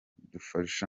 dufasha